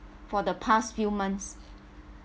for the past few months